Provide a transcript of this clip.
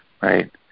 right